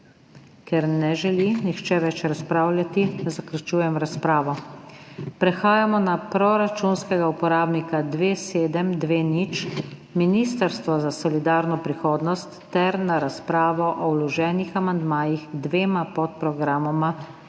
Ker ne želi nihče več razpravljati, zaključujem razpravo. Prehajamo na proračunskega uporabnika 2720 Ministrstvo za solidarno prihodnost ter na razpravo o vloženih amandmajih k dvema podprogramoma